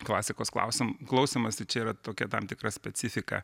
klasikos klausimo klausymosi čia yra tokia tam tikra specifika